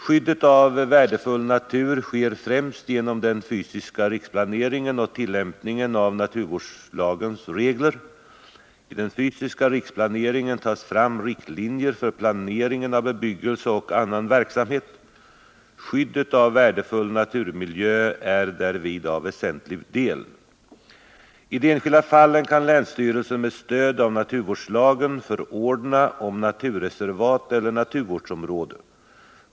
Skyddet av värdefull natur sker främst genom den fysiska riksplaneringen och tillämpningen av naturvårdslagens regler. I den fysiska riksplaneringen tas fram riktlinjer för planeringen av bebyggelse och annan verksamhet. Skyddet av värdefull naturmiljö är därvid en väsentlig del. I de enskilda fallen kan länsstyrelsen med stöd av naturvårdslagen förordna om naturreservat eller naturvårdsområde.